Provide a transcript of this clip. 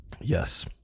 yes